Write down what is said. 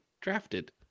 drafted